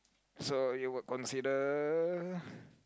so you will consider